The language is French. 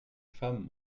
femmes